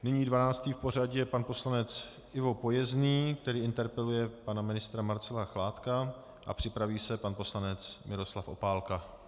Nyní dvanáctý v pořadí je pan poslanec Ivo Pojezný, který interpeluje pana ministra Marcela Chládka, a připraví se pan poslanec Miroslav Opálka.